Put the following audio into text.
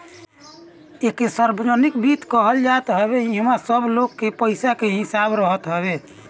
एके सार्वजनिक वित्त कहल जात हवे इहवा सब लोग के पईसा के हिसाब रहत हवे